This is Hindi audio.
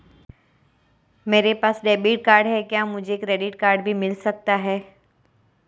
मेरे पास डेबिट कार्ड है क्या मुझे क्रेडिट कार्ड भी मिल सकता है?